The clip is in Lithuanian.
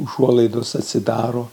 užuolaidos atsidaro